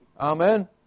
Amen